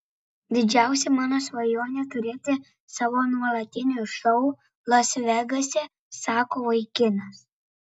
didžiausia mano svajonė turėti savo nuolatinį šou las vegase sako vaikinas